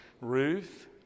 Ruth